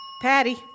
Patty